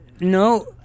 no